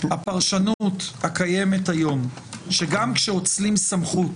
הפרשנות הקיימת היום שגם כשאוצלים סמכות,